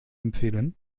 empfehlen